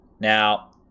Now